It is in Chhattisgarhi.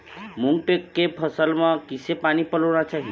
मूंग के फसल म किसे पानी पलोना चाही?